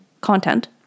content